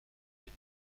les